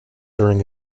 during